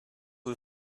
who